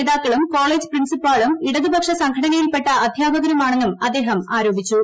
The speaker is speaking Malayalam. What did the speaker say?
നേതാക്കളും കോളേജ് പ്പിൻസിപ്പാളും ഇടതുപക്ഷ സംഘടനയിൽപ്പെട്ട അധ്യാപകരുമാണെന്ന് അദ്ദേഹം ആരോപിച്ചു